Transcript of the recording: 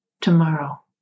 tomorrow